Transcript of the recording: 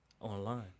Online